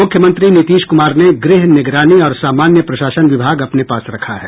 मुख्यमंत्री नीतीश कुमार ने गृह गिरानरी और सामान्य प्रशासन विभाग अपने पास रखा है